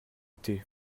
thé